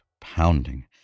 pounding